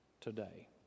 today